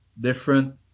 different